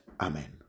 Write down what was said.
amen